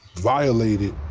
violated.